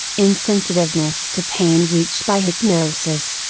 insensitiveness to pain reached by hypnosis,